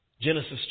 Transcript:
Genesis